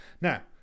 Now